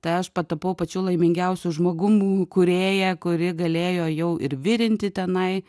tai aš patapau pačiu laimingiausiu žmogum kūrėja kuri galėjo jau ir virinti tenai